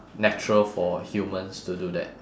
natural for humans to do that